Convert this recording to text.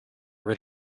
rid